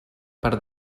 per